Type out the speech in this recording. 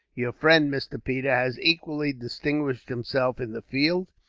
your friend mr. peters has equally distinguished himself in the field,